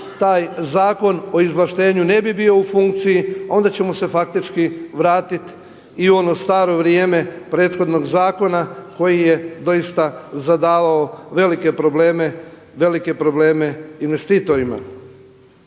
taj zakon o izvlaštenju ne bi bio u funkciji, onda ćemo se faktički vratiti i u ono staro vrijeme prethodnog zakona koji se doista zadavao velike probleme investitorima.